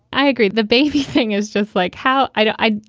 i agree the baby thing is just like how i.